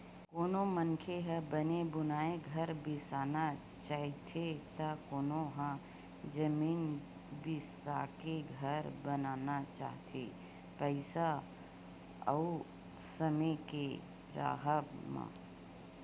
कोनो मनखे ह बने बुनाए घर बिसाना चाहथे त कोनो ह जमीन बिसाके घर बनाना चाहथे पइसा अउ समे के राहब म